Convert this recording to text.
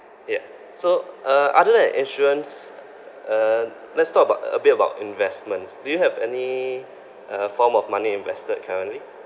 yeah so uh other than insurance uh let's talk about a bit about investments do you have any uh form of money invested currently